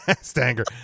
Stanger